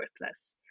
worthless